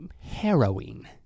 harrowing